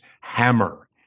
hammer